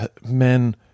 men